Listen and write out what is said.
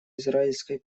израильской